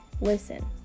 listen